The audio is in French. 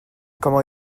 comment